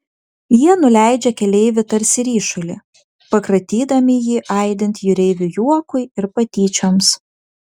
jie nuleidžia keleivį tarsi ryšulį pakratydami jį aidint jūreivių juokui ir patyčioms